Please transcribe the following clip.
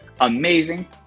amazing